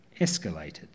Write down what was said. escalated